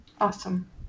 Awesome